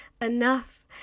enough